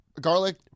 Garlic